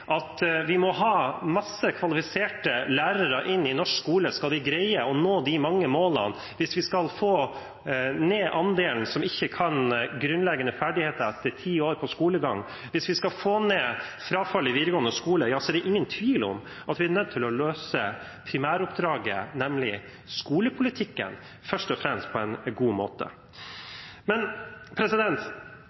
at vi må ha mange kvalifiserte lærere inn i norsk skole om vi skal greie å nå de mange målene, hvis vi skal få ned andelen som mangler grunnleggende ferdigheter etter ti års skolegang, og hvis vi skal få ned frafallet i videregående skole, er det ingen tvil om at vi først og fremst er nødt til å løse primæroppdraget, nemlig skolepolitikken, på en god måte.